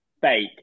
fake